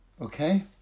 Okay